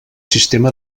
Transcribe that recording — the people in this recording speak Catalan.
sistema